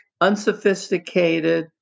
unsophisticated